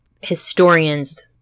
historians